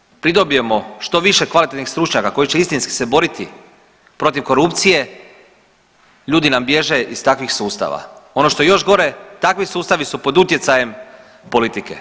Umjesto da pridobijemo što više kvalitetnih stručnjaka koji će istinski se boriti protiv korupcije ljudi nam bježe iz takvih sustava, ono što je još gore takvi sustavi su po utjecajem politike